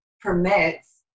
permits